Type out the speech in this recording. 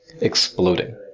exploding